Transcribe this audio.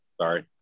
Sorry